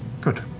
good.